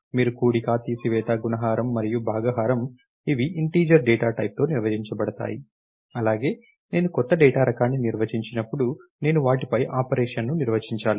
మీరు కూడిక తీసివేత గుణకారం మరియు భాగహారం ఇవి ఇంటీజర్ డేటా టైప్ తో నిర్వచించబడతాయి ఇలాగే నేను కొత్త డేటా రకాన్ని నిర్వచించినప్పుడు నేను వాటిపై ఆపరేషన్ను నిర్వచించాలి